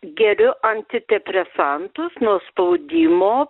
geriu antidepresantus nuo spaudimo